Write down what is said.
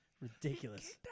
Ridiculous